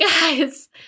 guys